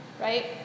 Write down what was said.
right